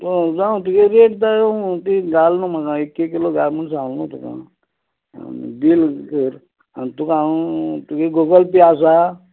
हय जावं तुगे रेट द ती घाल न्हू म्हाका एक एक किलो घाल म्हण सांगला न्हू तुका बील कर आन् तुका हांव तुगे गुगल पे आसा